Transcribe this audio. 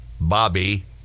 Bobby